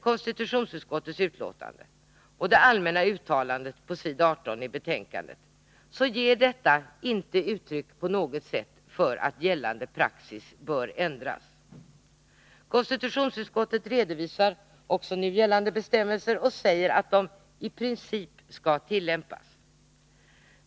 Konstitutionsutskottets betänkande och inte minst det allmänna uttalandet på s. 18 ger inte på något sätt uttryck för att gällande praxis bör ändras. Konstitutionsutskottet redogör också för gällande bestämmelser och säger att de ”i princip” skall tillämpas.